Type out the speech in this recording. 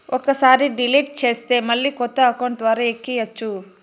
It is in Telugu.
ఒక్కసారి డిలీట్ చేస్తే మళ్ళీ కొత్త అకౌంట్ ద్వారా ఎక్కియ్యచ్చు